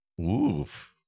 Oof